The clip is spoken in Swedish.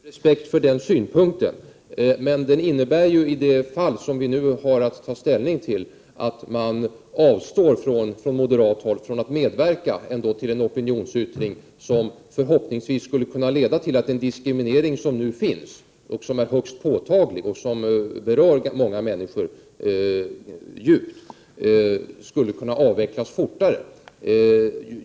Herr talman! Jag har respekt för Per Westerbergs synpunkt, men den innebär i det fall vi nu har att ta ställning till att man från moderat håll avstår från att medverka till en opinionsyttring som förhoppningsvis skulle kunna leda till att den nuvarande diskrimineringen, som är högst påtaglig och som djupt berör många människor, skulle kunna avvecklas fortare.